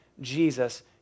Jesus